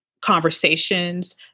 conversations